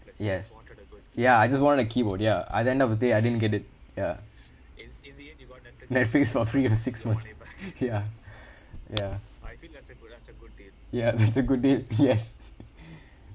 yes ya I just wanted a keyboard ya I at the end of the day I didn't get it ya netflix for free for six months ya ya ya that's a good deal yes